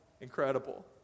incredible